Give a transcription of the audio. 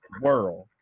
world